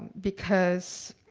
because